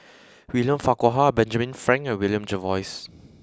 William Farquhar Benjamin Frank and William Jervois